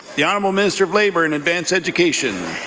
the honourable minister of labour and advanced education.